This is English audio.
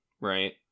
right